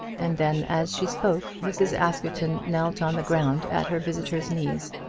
and then as she spoke mrs. askerton knelt on the ground at her visitor's knees.